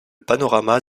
panorama